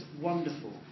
wonderful